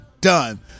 Done